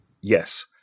Yes